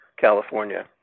California